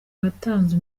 watanze